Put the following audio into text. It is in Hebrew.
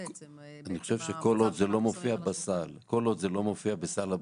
כל עוד זה לא מופיע בסל הבריאות,